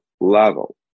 level